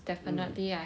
mm